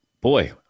boy